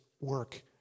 work